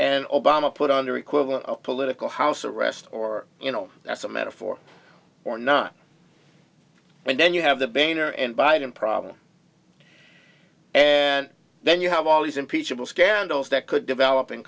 and obama put on or equivalent political house arrest or you know that's a metaphor or not and then you have the banner inviting problem and then you have all these impeachable scandals that could develop in